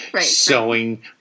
sewing